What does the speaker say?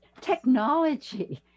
technology